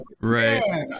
right